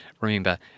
remember